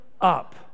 up